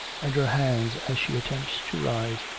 and her hands, as she attempts to rise,